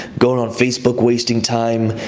going on facebook, wasting time,